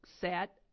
set